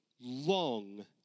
long